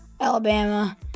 Alabama